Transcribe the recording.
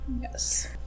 yes